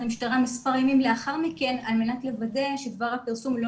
המשטרה מספר ימים לאחר מכן על מנת לוודא שדבר הפרסום לא